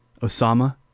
Osama